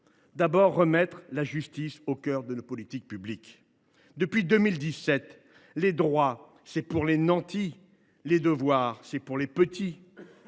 est de remettre la justice au cœur de nos politiques publiques. Depuis 2017, les droits, c’est pour les nantis ; les devoirs, c’est pour les petits